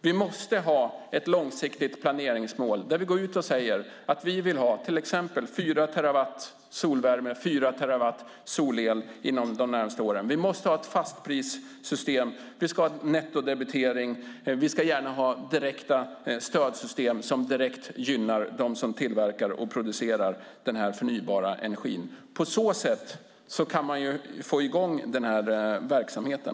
Vi måste ha ett långsiktigt planeringsmål och gå ut och säga att vi vill ha till exempel fyra terawatt solvärme och fyra terawatt solel inom de närmaste åren, att vi måste ha ett fastprissystem, att vi ska ha en nettodebitering och att vi gärna ska ha direkta stödsystem som direkt gynnar dem som tillverkar och producerar denna förnybara energi. På så sätt kan man få i gång den här verksamheten.